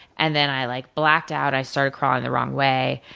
and then, i like blacked out, i started crawling the wrong way.